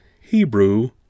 Hebrew